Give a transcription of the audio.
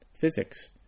physics